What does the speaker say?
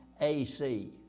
AC